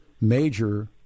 major